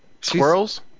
squirrels